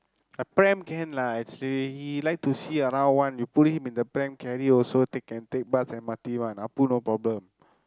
a pram can lah actually he like to see around one you put him in a pram carry also take can take bus M_R_T one Appu no problem